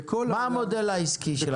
מה המודל העסקי שלכם?